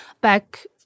Back